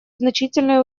значительные